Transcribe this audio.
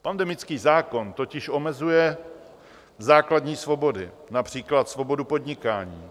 Pandemický zákon totiž omezuje základní svobody, například svobodu podnikání.